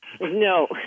No